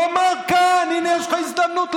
תאמר כאן, הינה, יש לך הזדמנות להפתיע.